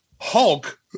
hulk